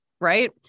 right